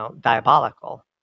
diabolical